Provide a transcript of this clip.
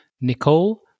Nicole